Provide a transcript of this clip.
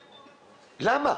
למה?